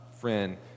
friend